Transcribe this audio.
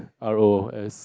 R O S